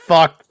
Fuck